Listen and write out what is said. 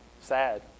sad